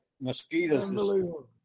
mosquitoes